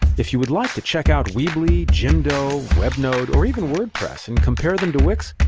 if you would like to check out weebly, jimdo, webnode or even wordpress and compare them to wix,